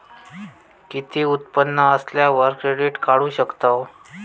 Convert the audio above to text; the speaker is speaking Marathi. किती उत्पन्न असल्यावर क्रेडीट काढू शकतव?